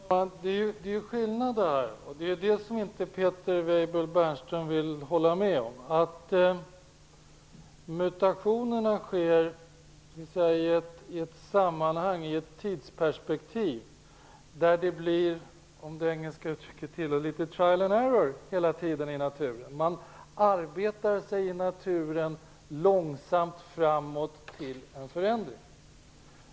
Fru talman! Det finns en skillnad här, men det vill Peter Weibull Bernström inte hålla med om. Mutationerna sker ju i ett tidsperspektiv där det hela tiden blir litet av trial and error i naturen. Man arbetar sig i naturen långsamt framåt mot en förändring.